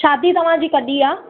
शादी तव्हांजी कॾहिं आहे